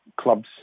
clubs